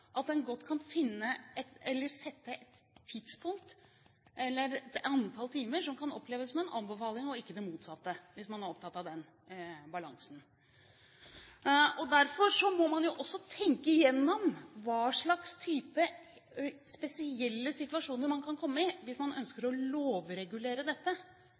godt kan sette et tidspunkt eller et antall timer som kan oppleves som en anbefaling og ikke som det motsatte, hvis man er opptatt av den balansen. Derfor må man også tenke igjennom hva slags type spesielle situasjoner man kan komme i, hvis man ønsker å lovregulere dette.